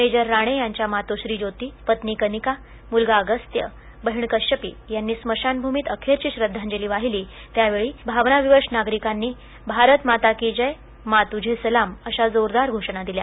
major Rane यांच्या मातोश्री ज्योती पत्नी कनिका मुलगा अगस्त्य बहीण कश्यपी यांनी स्मशानभूमीत अखेरची श्रद्धांली वाहिली त्यावेळी भावनाविवश नागरिकांनी भारत माता की जव मों तुझे सलाम अशा जोरदार घोषणा दिल्या